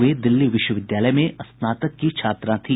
वे दिल्ली विश्वविद्यालय में स्नातक की छात्रा थी